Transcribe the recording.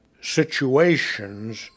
situations